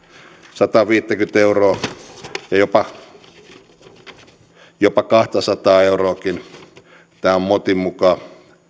sataaviittäkymmentä euroa ja jopa kahtasataa euroakin tämä tieto on motin mukaan